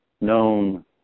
known